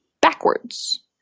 backwards